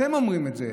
אתם אומרים את זה.